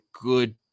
good